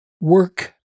work